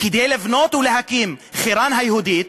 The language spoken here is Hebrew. כדי לבנות ולהקים את חירן היהודית,